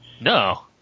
No